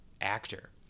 Actor